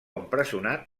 empresonat